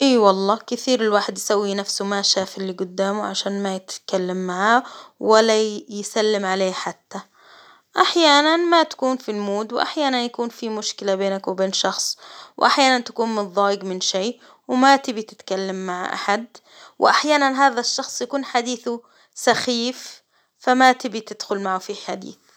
إي والله كثير الواحد يسوي نفسه ما شاف اللي قدامه، عشان ما يتكلم معاه ولا ي يسلم عليه حتى، أحيانا ما تكون في المود، وأحيانا يكون في مشكلة بينك وبين شخص، وأحيانا تكون متضايق من شي وما تبي تتكلم مع أحد، وأحيانا هذا الشخص يكون حديثه سخيف فما تبي تدخل معه في حديث.